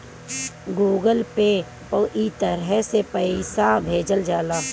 Google pay पअ इ तरह से पईसा भेजल जाला